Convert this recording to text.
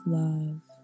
love